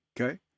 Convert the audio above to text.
Okay